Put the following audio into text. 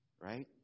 right